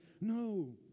No